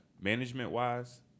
management-wise